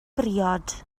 briod